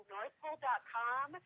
NorthPole.com